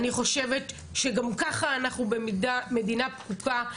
אני חושבת שגם ככה אנחנו מדינה פקוקה,